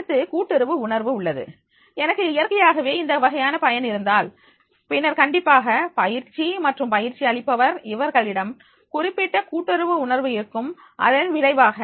அடுத்து கூட்டுறவு உணர்வு உள்ளது எனவே இயற்கையாகவே இந்த வகையான பயன் இருந்தால் பின்னர் கண்டிப்பாக பயிற்சி மற்றும் பயிற்சி அளிப்பவர் இவர்களிடம் குறிப்பிட்ட கூட்டுறவு உணர்வு இருக்கும் இதன் விளைவாக